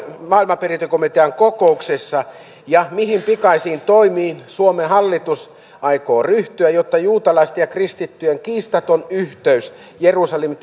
maailmanperintökomitean kokouksessa mihin pikaisiin toimiin suomen hallitus aikoo ryhtyä jotta juutalaisten ja kristittyjen kiistaton yhteys jerusalemin